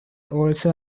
also